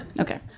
Okay